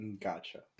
Gotcha